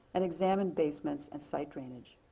and examined basements, and site drainage.